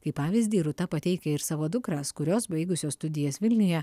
kaip pavyzdį rūta pateikia ir savo dukras kurios baigusios studijas vilniuje